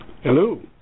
Hello